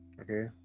Okay